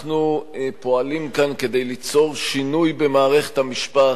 אנחנו פועלים כאן כדי ליצור שינוי במערכת המשפט,